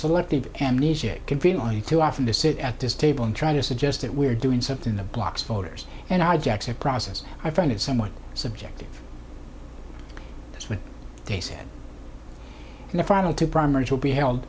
selective amnesia conveniently too often to sit at this table and try to suggest that we're doing something the blocks voters and i jacks that process i find it somewhat subjective what they said in the final two primaries will be held